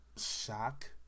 shock